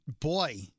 Boy